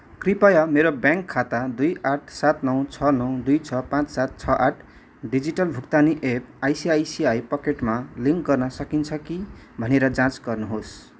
कृपया मेरो ब्याङ्क खाता दुई आठ सात नौ छ नौ दुई छ पाँच सात छ आठ डिजिटल भुक्तानी एप आइसिआइसिआई पकेटमा लिङ्क गर्न सकिन्छ कि भनेर जाँच गर्नुहोस्